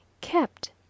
kept